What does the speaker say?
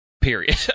period